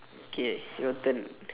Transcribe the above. okay your turn